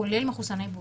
כולל מחוסני בוסטר.